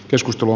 keskustelu